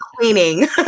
Cleaning